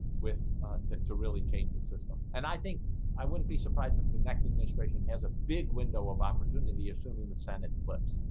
with to to really change the system and i think i wouldn't be surprised if the next administration has a big window of opportunity assuming the senate flips